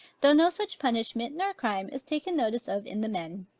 though no such punishment nor crime is taken notice of in the men.